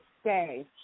Stay